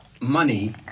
money